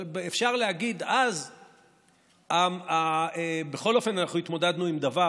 אבל אפשר להגיד שאז בכל אופן אנחנו התמודדנו עם דבר